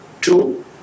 two